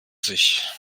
sich